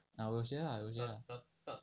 ah 我有学有学 lah